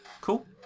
Cool